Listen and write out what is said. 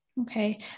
Okay